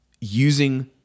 using